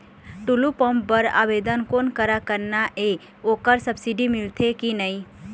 Tullu pump बर आवेदन कोन करा करना ये ओकर सब्सिडी मिलथे की नई?